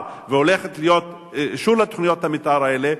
והולך להיות אישור לתוכניות המיתאר האלה,